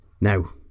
Now